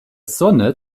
sonne